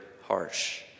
harsh